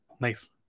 Nice